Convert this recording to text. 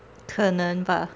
可能吧